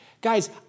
Guys